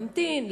להמתין,